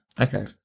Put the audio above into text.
okay